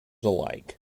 alike